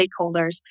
stakeholders